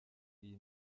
iyi